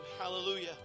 Hallelujah